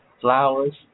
Flowers